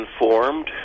informed